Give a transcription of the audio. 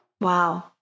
Wow